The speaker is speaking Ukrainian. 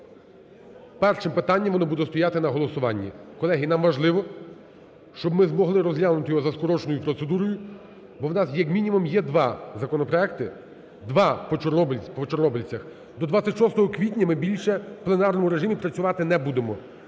першим питанням воно буде стояти на голосуванні. Колеги, нам важливо, щоб ми змогли розглянути за скороченою процедурою, бо у нас, як мінімум, є два законопроекти, два по чорнобильцях. До 26 квітня ми більше в пленарному режимі працювати не будемо.